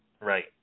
right